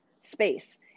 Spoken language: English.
space